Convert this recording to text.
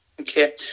Okay